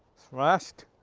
thrust.